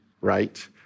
right